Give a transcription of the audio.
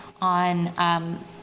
on